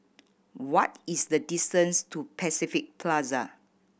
what is the distance to Pacific Plaza